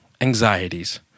anxieties